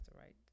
right